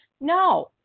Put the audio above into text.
No